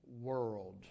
World